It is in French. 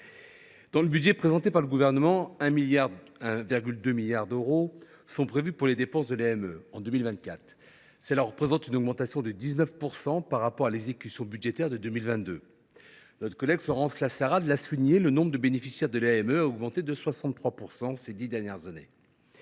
Dans le budget présenté par le Gouvernement, 1,2 milliard d’euros sont prévus pour les dépenses de l’AME en 2024, soit une augmentation de 19 % par rapport à l’exécution budgétaire de 2022. Comme notre collègue Florence Lassarade l’a souligné, le nombre de bénéficiaires de l’AME a augmenté de 63 % ces dix dernières années.